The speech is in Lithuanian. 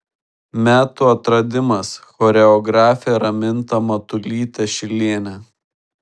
metų atradimas choreografė raminta matulytė šilienė